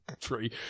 tree